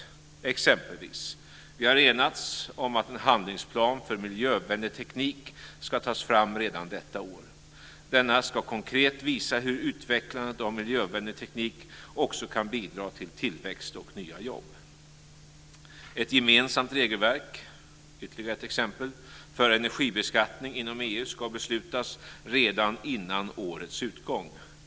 Några exempel på detta är följande: · Vi har enats om att en handlingsplan för miljövänlig teknik ska tas fram redan detta år. Denna ska konkret visa hur utvecklandet av miljövänlig teknik också kan bidra till tillväxt och nya jobb. · Ett gemensamt regelverk för energibeskattning inom EU ska beslutas redan innan årets utgång.